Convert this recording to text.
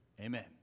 amen